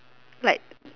like